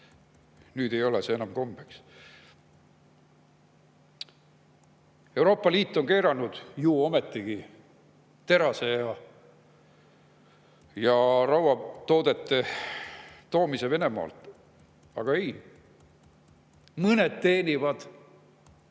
Nüüd ei ole see enam kombeks. Euroopa Liit on ometigi ju keelanud terase ja rauatoodete toomise Venemaalt, aga ei, mõned teenivad